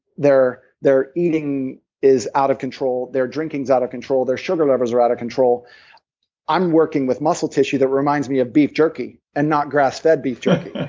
their their eating is out of control, their drinking is out of control, their sugar levels are out of control i'm working with muscle tissue that reminds me of beef jerky, and not grass fed beef jerky.